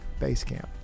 Basecamp